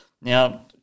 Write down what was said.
Now